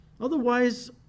Otherwise